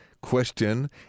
question